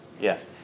Yes